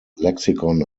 lexicon